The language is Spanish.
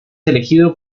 elegido